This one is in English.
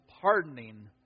pardoning